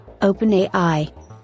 OpenAI